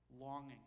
longing